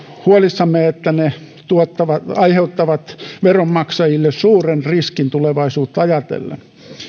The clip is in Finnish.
huolissamme että ne aiheuttavat veronmaksajille suuren riskin tulevaisuutta ajatellen